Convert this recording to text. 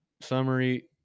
summary